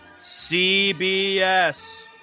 CBS